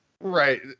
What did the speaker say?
Right